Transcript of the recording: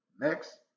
Next